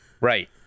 Right